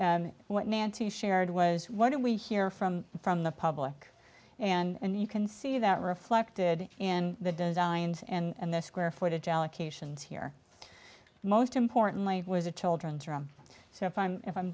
what nancy shared was what do we hear from from the public and you can see that reflected in the designs and the square footage allocations here most importantly was a children's room so if i'm if i'm